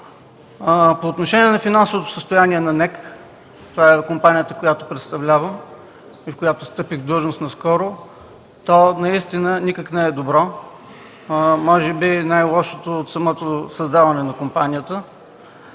По отношение финансовото състояние на НЕК – компанията, която представлявам и в която встъпих в длъжност наскоро, наистина никак не е добро, може би е най-лошото от самото създаване на компанията.